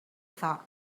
thought